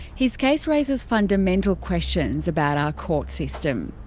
his case raises fundamental questions about our court system.